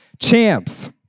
champs